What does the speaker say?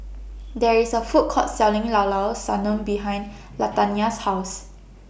There IS A Food Court Selling Llao Llao Sanum behind Latanya's House